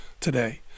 today